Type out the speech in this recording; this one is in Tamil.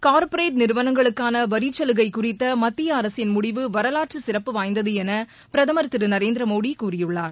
கார்ப்பரேட் நிறுவனங்களுக்கான வரிச் சலுகை குறித்த மத்திய அரசின் முடிவு வரலாற்று சிறப்பு வாய்ந்தது என பிரதமர் திரு நரேந்திரமோடி கூறியுள்ளார்